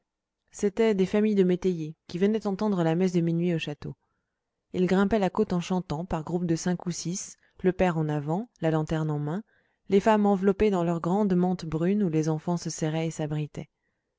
c'étaient des familles de métayers qui venaient entendre la messe de minuit au château ils grimpaient la côte en chantant par groupes de cinq ou six le père en avant la lanterne en main les femmes enveloppées dans leurs grandes mantes brunes où les enfants se serraient et s'abritaient